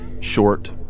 short